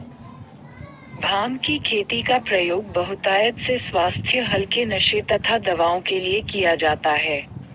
भांग की खेती का प्रयोग बहुतायत से स्वास्थ्य हल्के नशे तथा दवाओं के लिए किया जाता है